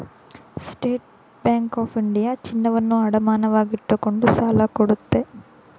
state Bank of India ಚಿನ್ನವನ್ನು ಅಡಮಾನವಾಗಿಟ್ಟುಕೊಂಡು ಸಾಲ ಕೊಡುತ್ತೆ